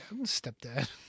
stepdad